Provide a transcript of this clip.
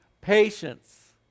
patience